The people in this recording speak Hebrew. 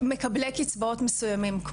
מקבלי קצבאות מסוימים,